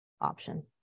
option